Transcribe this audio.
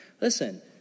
Listen